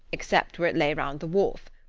except where it lay round the wharf.